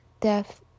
death